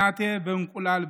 אנטה באנקולל בקטשין.